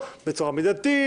בצורה מידתית,